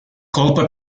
colpa